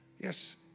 Yes